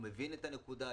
הוא מבין את הנקודה,